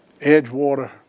Edgewater